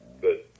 Good